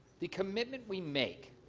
the commitment we make